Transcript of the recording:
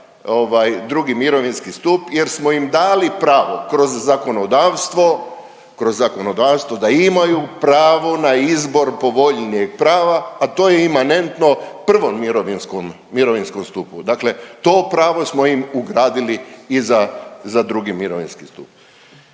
II. mirovinski stup jer smo im dali pravo kroz zakonodavstvo da imaju pravo na izbor povoljnijeg prava, a to je imanentno prvom mirovinskom stupu. Dakle to pravo smo im ugradili i za II. mirovinski stup.